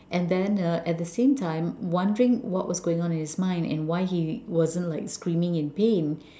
and then uh at the same time wondering what was going on in his mind and why he wasn't like screaming in pain